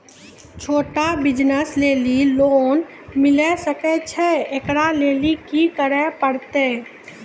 छोटा बिज़नस लेली लोन मिले सकय छै? एकरा लेली की करै परतै